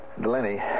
Delaney